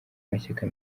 mashyaka